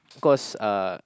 cause uh